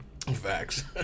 Facts